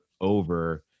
over